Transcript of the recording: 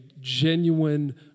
genuine